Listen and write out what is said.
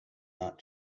not